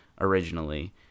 originally